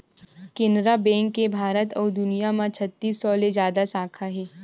Canara bank के भारत अउ दुनिया म छत्तीस सौ ले जादा साखा हे